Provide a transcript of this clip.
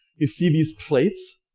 you see these plates,